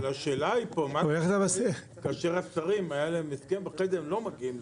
השאלה היא פה, כאשר השרים בחדר לא מגיעים להסדר,